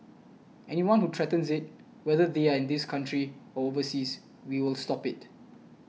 anyone who threatens it whether they are in this country or overseas we will stop it